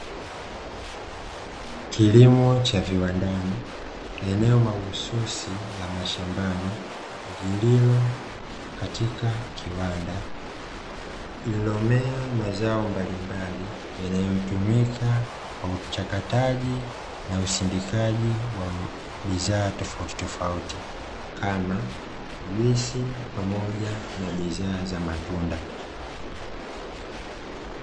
Kilimo cha viwandani, eneo mahususi la mashambani lililo katika kiwanda lililomea mazao mbalimbali yanayotumika kwa uchakataji na usindikaji wa bidhaa tofautitofauti kama juisi pamoja na bidhaa za matunda.